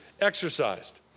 exercised